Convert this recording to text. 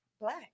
Black